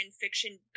fiction